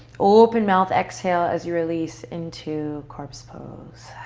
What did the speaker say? open mouth. exhale as you release into corpse pose.